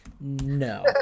No